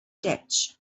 ditch